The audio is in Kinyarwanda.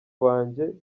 wanjye